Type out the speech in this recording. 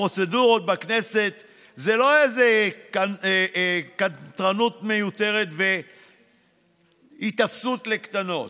הפרוצדורות בכנסת זה לא איזו קנטרנות מיותרת והיתפסות לקטנות,